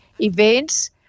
events